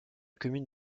commune